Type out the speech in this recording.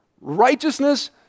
righteousness